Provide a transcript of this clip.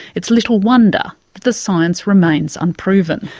it's little wonder that the science remains unproven.